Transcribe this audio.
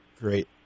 Great